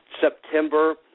September